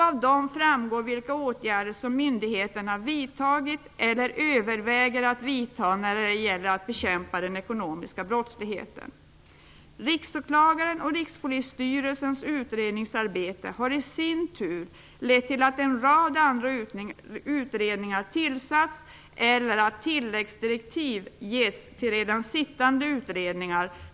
Av dessa framgick vilka åtgärder som myndigheterna hade vidtagit eller övervägde att vidta när det gäller att bekämpa den ekonomiska brottsligheten. Riksåklagarens och Rikspolisstyrelsens utredningsarbete har i sin tur lett till att en rad andra utredningar tillsatts eller till att tilläggsdirektiv har givits till redan sittande utredningar.